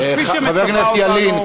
חבר הכנסת ילין,